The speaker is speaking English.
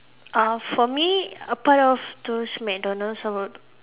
uh for me apart of those McDonald's I would